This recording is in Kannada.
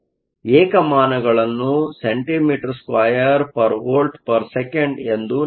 ಏಕಮಾನಗಳನ್ನು cm2V 1S 1 ಎಂದು ನೀಡಲಾಗಿದೆ